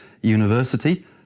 university